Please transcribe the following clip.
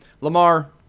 Lamar